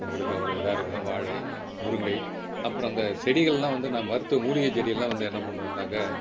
உங்களுக்கு அவ்வளோ இதாக இருக்கும் வாழை முருங்கை அப்புறம் இந்த செடிகளெலாம் வந்து நான் மருத்துவ மூலிகை செடியெல்லாம் வந்து என்ன பண்ணுவேன்னாக்கால்